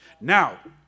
now